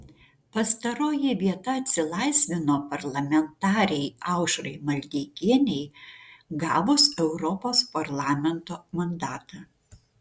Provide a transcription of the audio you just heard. pastaroji vieta atsilaisvino parlamentarei aušrai maldeikienei gavus europos parlamento mandatą